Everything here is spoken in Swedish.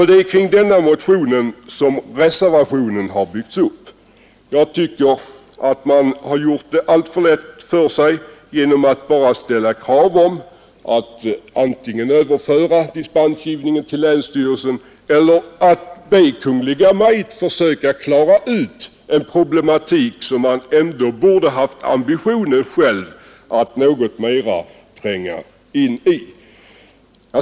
Det är kring denna motion som reservationen har byggts upp. Jag tycker att man har gjort det alltför lätt för sig genom att bara ställa krav på att antingen dispensgivningen skall överföras till länsstyrelsen eller att Kungl. Maj:t skall försöka klara upp denna problematik; man borde ändå själv ha haft ambitionen att något mer tränga in i den.